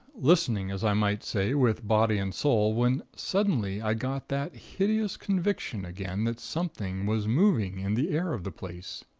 listening, as i might say with body and soul, when suddenly i got that hideous conviction again that something was moving in the air of the place.